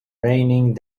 raining